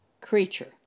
creature